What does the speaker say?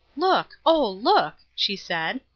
look, oh, look! she said.